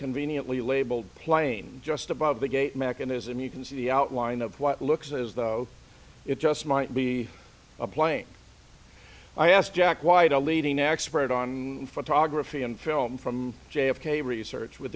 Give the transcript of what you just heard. conveniently labeled plane just above the gate mechanism you can see the outline of what looks as though it just might be a plane i asked jack white a leading expert on photography and film from j f k research with